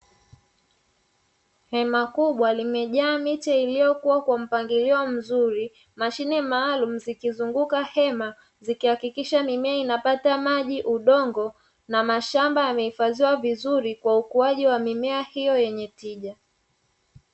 Hema kubwa limejaa miche iliyokua kwa mpangilio mzuri. Mashine maalumu zikizunguka hema, zikihakikisha mimea inapata maji, udongo; na mashamba yamehifadhiwa vizuri kwa ukuaji wa mimea hiyo yenye tija.